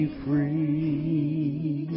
free